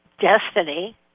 destiny